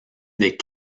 des